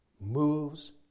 moves